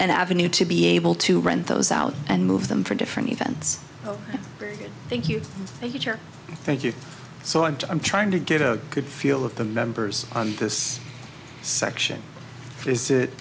an avenue to be able to rent those out and move them for different events oh thank you thank you thank you so i am trying to get a good feel of the members on this section is it